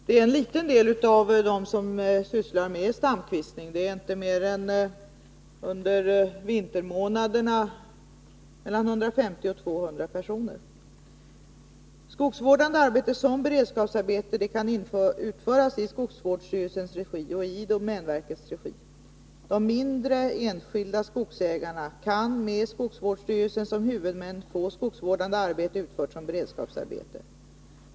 Det är en liten del av dem som sysslar med stamkvistning — under vintermånaderna är det inte mer än mellan 150 och 200 personer. Skogsvårdande arbete som beredskapsarbete kan utföras i skogsvårdsstyrelsens regi och i domänverkets regi. De mindre enskilda skogsägarna kan med skogsvårdsstyrelsen som huvudman få skogsvårdande arbete utfört som beredskapsarbete.